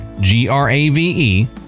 G-R-A-V-E